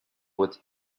with